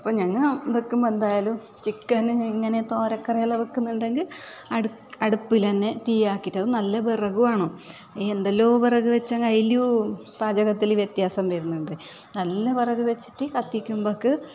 ഇപ്പം ഞങ്ങൾ വെക്കുമ്പോൾ എന്തായാലുംചിക്കനും ഇങ്ങനെ തോരക്കറിയെല്ലാം വെക്കുന്നുണ്ടെങ്കിൽ അടു അടുപ്പിൽ തന്നെ തീയാക്കിയിട്ട് നല്ല വിറക് വേണം എന്തല്ലോ വിറക് വെച്ചാല് അതില് പാചകത്തില് വ്യത്യാസം വരുന്നുണ്ട് നല്ല വിറക് വച്ചിട്ട് കത്തിക്കുമ്പത്തേക്ക്